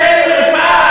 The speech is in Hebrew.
שתהיה להם מרפאה,